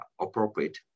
appropriate